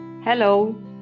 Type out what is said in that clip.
hello